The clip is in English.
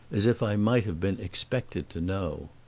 as if i might have been expected to know.